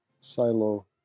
silo